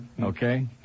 Okay